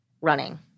running